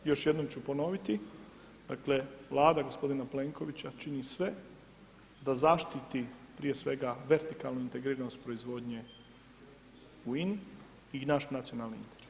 I još jednom ću ponoviti, dakle Vlada gospodina Plenkovića čini sve da zaštiti prije svega vertigalnu integriranost proizvodnje u INA-i i naš nacionalni interes.